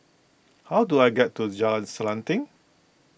how do I get to Jalan Selanting